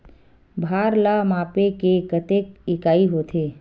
भार ला मापे के कतेक इकाई होथे?